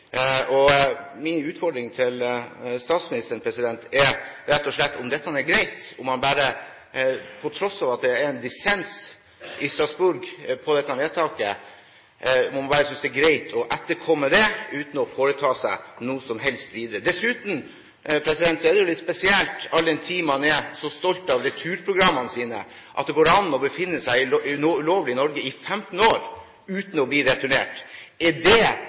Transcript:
lovgivning. Min utfordring til statsministeren er rett og slett om det – på tross av at det er en dissens i Strasbourg på dette vedtaket – er greit å etterkomme dette uten å foreta seg noe som helst videre. Dessuten er det jo litt spesielt, all den tid man er så stolt av returprogrammene sine, at det går an å befinne seg ulovlig i Norge i 15 år uten å bli returnert. Er det